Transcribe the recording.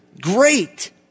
Great